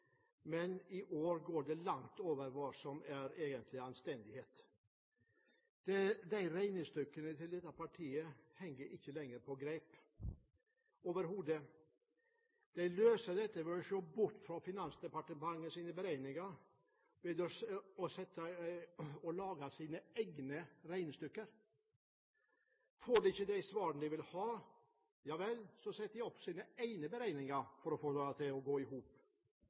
men i år går det langt over hva som egentlig er anstendig. Regnestykkene til dette partiet henger ikke lenger på greip – overhodet! Partiet løser dette ved å se bort fra Finansdepartementets beregninger og lager sine egne regnestykker. Får de ikke de svarene de vil ha, setter de opp sine egne beregninger for å få det til å gå i hop.